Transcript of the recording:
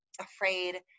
afraid